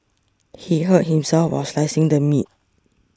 he hurt himself while slicing the meat